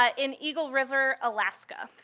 ah in eagle river, alaska.